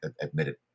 admitted